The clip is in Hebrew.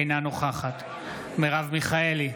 אינה נוכחת מרב מיכאלי,